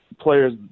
players